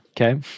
Okay